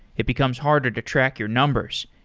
it becomes harder to track your numbers.